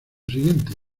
siguiente